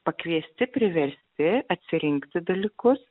pakviesti priversti atsirinkti dalykus